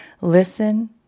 listen